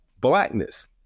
blackness